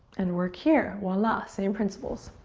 and work here. voila, same principles.